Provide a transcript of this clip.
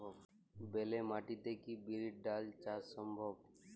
বেলে মাটিতে কি বিরির ডাল চাষ সম্ভব?